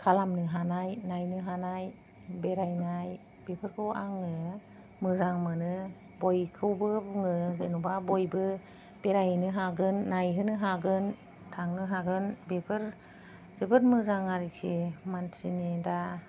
खालामनो हानाय नायनो हानाय बेरायनाय बेफोरखौ आङो मोजां मोनो बयखौबो बुङो जेनेबा बयबो बेरायहैनो हागोन नायहोनो हागोन थांनो हागोन बेफोर जोबोद मोजां आरोखि मानसिनि दा